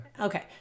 Okay